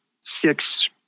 six